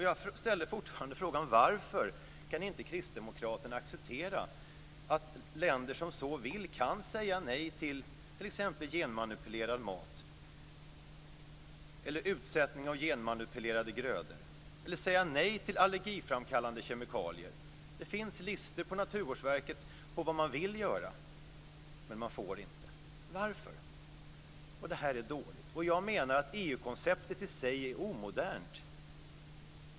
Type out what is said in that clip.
Jag ställer fortfarande frågan varför kristdemokraterna inte kan acceptera att länder som så vill kan få säga nej t.ex. till genmanipulerad mat eller till utsättning av genmanipulerade grödor? Varför kan de inte få säga nej till allergiframkallande kemikalier? Det finns på Naturvårdsverket listor på vad man vill men inte får göra. Varför får man inte det? Det är dåligt. Jag menar att EU-konceptet i sig är omodernt.